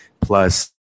plus